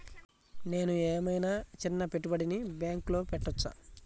నేను ఏమయినా చిన్న పెట్టుబడిని బ్యాంక్లో పెట్టచ్చా?